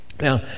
Now